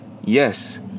Yes